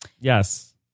yes